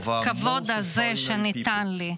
הזכות הייחודית שנתתם לי,